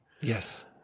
yes